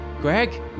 Greg